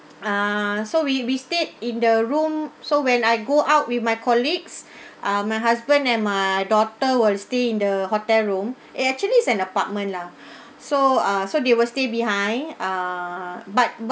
ah so we we stayed in the room so when I go out with my colleagues ah my husband and my daughter will stay in the hotel room a~ actually is an apartment lah so ah so they will stay behind ah but